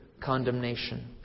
condemnation